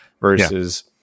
versus